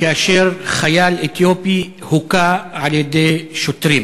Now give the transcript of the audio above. כאשר חייל אתיופי הוכה על-ידי שוטרים.